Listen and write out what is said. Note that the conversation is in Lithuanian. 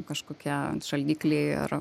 kažkokia šaldikliai ar